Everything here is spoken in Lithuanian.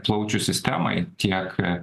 plaučių sistemai tiek